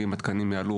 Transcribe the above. שאם יעלו,